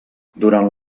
durant